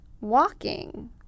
walking